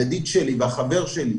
הידיד והחבר שלי,